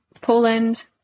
Poland